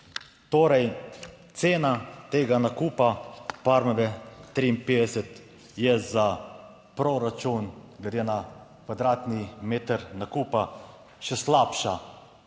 Torej, cena tega nakupa Parmove 53 je za proračun glede na kvadratni meter nakupa še slabša